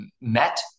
met